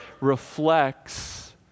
reflects